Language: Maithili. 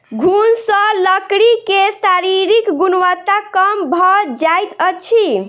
घुन सॅ लकड़ी के शारीरिक गुणवत्ता कम भ जाइत अछि